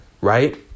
right